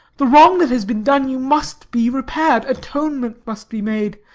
the wrong that has been done you must be repaired. atonement must be made.